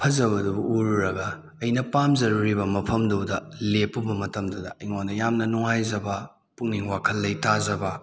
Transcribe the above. ꯐꯖꯕꯗꯨꯕꯨ ꯎꯔꯨꯔꯒ ꯑꯩꯅ ꯄꯥꯝꯖꯔꯨꯔꯤꯕ ꯃꯐꯝꯗꯨꯗ ꯂꯦꯞꯂꯨꯕ ꯃꯇꯝꯗꯨꯗ ꯑꯩꯉꯣꯟꯗ ꯌꯥꯝꯅ ꯅꯨꯡꯉꯥꯏꯖꯕ ꯄꯨꯛꯅꯤꯡ ꯋꯥꯈꯜ ꯂꯩꯇꯖꯕ